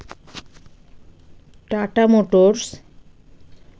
tata motors